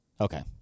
Okay